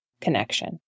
connection